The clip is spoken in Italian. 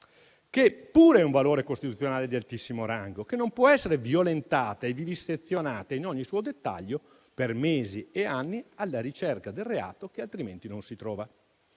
che pure è un valore costituzionale di altissimo rango, che non può essere violentata e vivisezionata in ogni suo dettaglio, per mesi e anni, alla ricerca del reato che altrimenti non si trova.